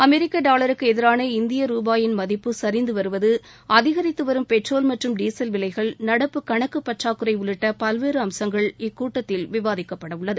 அமெரிக்க டாலருக்கு எதிரான இந்திய ரூபாயின் மதிப்பு சரிந்து வருவது அதிகரித்து வரும் பெட்ரோல் மற்றும் டீசல் விலைகள் நடப்பு கணக்கு பற்றாக்குறை உள்ளிட்ட பல்வேறு அம்சங்கள் இக்கூட்டத்தில் விவாதிக்கப்பட உள்ளது